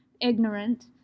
ignorant